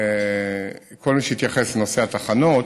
וכל מי שהתייחס לנושא התחנות,